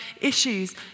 issues